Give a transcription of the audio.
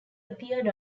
appeared